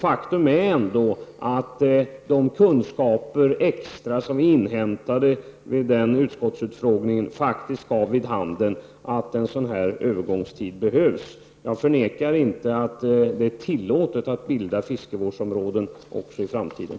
Faktum är ändå att de ytterligare kunskaper som vi inhämtade vid den utskottsutfrågningen gav vid handen att en sådan här övergångstid behövs. Jag förnekar inte att det är tillåtet att bilda fiskevårdsområden också i framtiden.